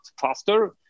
faster